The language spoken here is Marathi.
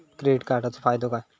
क्रेडिट कार्डाचो फायदो काय?